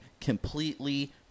completely